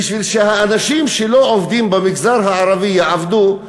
כדי שהאנשים שלא עובדים במגזר הערבי יעבדו,